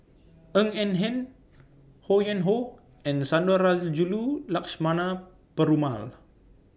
Ng Eng Hen Ho Yuen Hoe and Sundarajulu Lakshmana Perumal